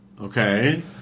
Okay